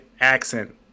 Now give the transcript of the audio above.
accent